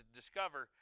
discover